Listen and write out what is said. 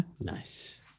Nice